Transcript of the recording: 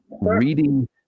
Reading